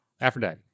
Aphrodite